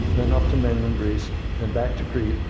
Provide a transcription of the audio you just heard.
then up to mainland greece, then back to crete,